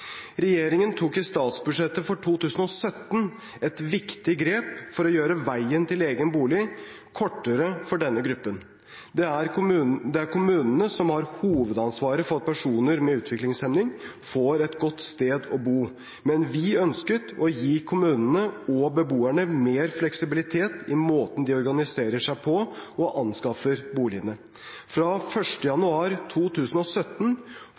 Regjeringen tok i statsbudsjettet for 2017 et viktig grep for å gjøre veien til egen bolig kortere for denne gruppen. Det er kommunene som har hovedansvaret for at personer med utviklingshemning får et godt sted å bo, men vi ønsket å gi kommunene og beboerne mer fleksibilitet i måten de organiserer seg på og anskaffer boligene. Fra 1. januar 2017